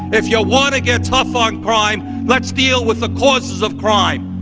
if you want to get tough on crime, let's deal with the causes of crime.